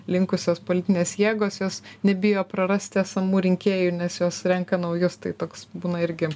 linkusios politinės jėgos jos nebijo prarasti esamų rinkėjų nes jos renka naujus tai toks būna irgi